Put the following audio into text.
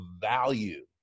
value